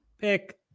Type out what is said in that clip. pick